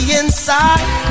inside